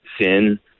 sin